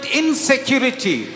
insecurity